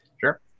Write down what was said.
Sure